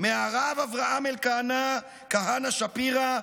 מהרב אברהם אלקנה כהנא שפירא,